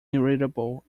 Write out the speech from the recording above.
irritable